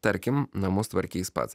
tarkim namus tvarkys pats